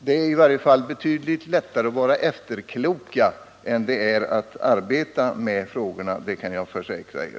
Det är i varje fall betydligt lättare att vara efterklok än att arbeta med dessa frågor när åtgärderna skall sättas in.